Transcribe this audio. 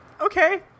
okay